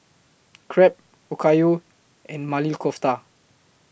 Crepe Okayu and Maili Kofta